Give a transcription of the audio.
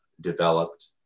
developed